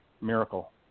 miracle